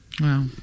Wow